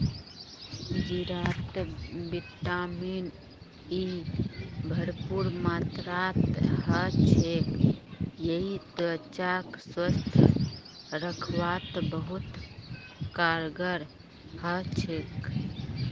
जीरात vitamin E भरपूर मात्रात ह छेक यई त्वचाक स्वस्थ रखवात बहुत कारगर ह छेक